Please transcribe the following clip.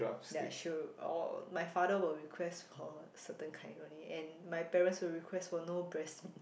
ya she'll or my father will request for certain kind only and my parents will request for no breast